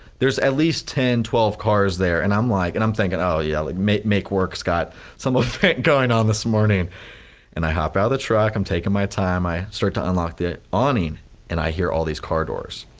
there is at least ten, twelve cars there and i'm like, and i'm thinking, oh yeah, like make make work's got some event going on this morning and i hop out of the truck i'm taking my time i start to unlock the awning and i hear all these car doors,